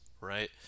Right